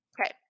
Okay